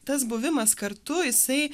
tas buvimas kartu jisai